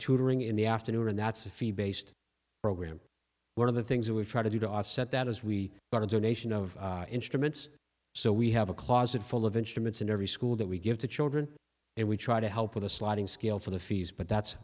tutoring in the afternoon and that's a fee based program one of the things that we try to do to offset that is we bought a donation of instruments so we have a closet full of instruments in every school that we give to children and we try to help with a sliding scale for the fees but that's